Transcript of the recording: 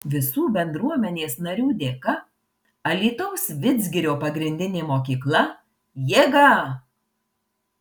visų bendruomenės narių dėka alytaus vidzgirio pagrindinė mokykla jėga